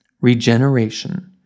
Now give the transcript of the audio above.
Regeneration